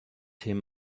him